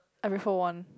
I prefer one